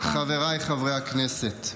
גברתי היושבת-ראש, חבריי חברי הכנסת,